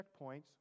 checkpoints